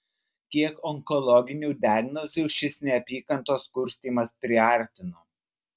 kiek onkologinių diagnozių šis neapykantos kurstymas priartino